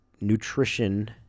nutrition